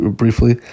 briefly